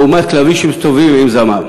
לעומת כלבים שמסתובבים עם זמם,